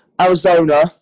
Arizona